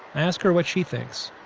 i ask her what she thinks